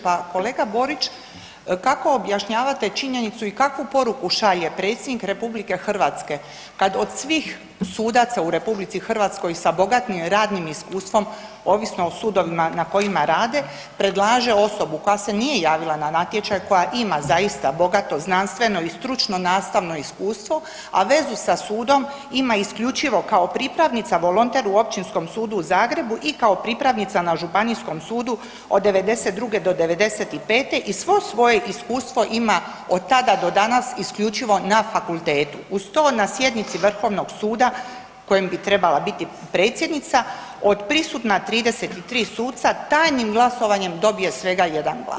Pa kolega Borić kako objašnjavate činjenicu i kakvu poruku šalje Predsjednik Republike Hrvatske kada od svih sudaca u Republici Hrvatskoj sa bogatim radnim iskustvom ovisno o sudovima na kojima rade predlaže osobu koja se nije javila na natječaj koja ima zaista bogato znanstveno i stručno nastavno iskustvo a vezu sa sudom ima isključivo kao pripravnica volonter u Općinskom sudu u Zagrebu i kao pripravnica na Županijskom sudu od 92. do 95. i svo svoje iskustvo ima od tada do danas isključivo na fakultetu, uz to na sjednici Vrhovnog suda kojem bi trebala biti predsjednica od prisutna 33 suca tajnim glasovanjem dobije svega jedan glas?